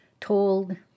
told